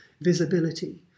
visibility